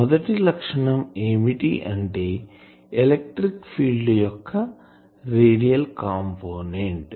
మొదటి లక్షణం ఏమిటి అంటే ఎలక్ట్రిక్ ఫీల్డ్ యొక్క రేడియల్ కంపోనెంట్